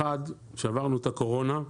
אחד, שעברנו את הקורונה,